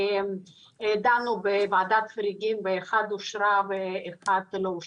שדנו בוועדת חריגים ואחת אושרה והאחרת לא,